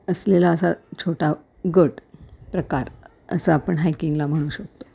असलेला असा छोटा गट प्रकार असं आपण हायकिंगला म्हणू शकतो